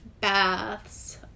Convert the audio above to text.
baths